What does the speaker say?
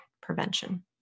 prevention